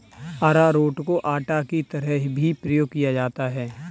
अरारोट को आटा की तरह भी प्रयोग किया जाता है